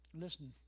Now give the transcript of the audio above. Listen